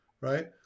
right